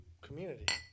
Community